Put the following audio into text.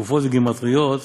תקופות וגימטראות